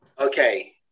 Okay